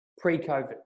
pre-COVID